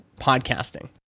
podcasting